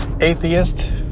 Atheist